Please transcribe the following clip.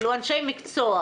אלו אנשי מקצוע.